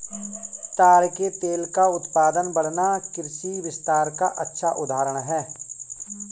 ताड़ के तेल का उत्पादन बढ़ना कृषि विस्तार का अच्छा उदाहरण है